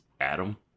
adam